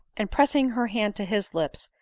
and press ing her hand to his lips,